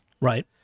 Right